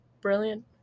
Brilliant